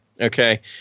Okay